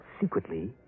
Secretly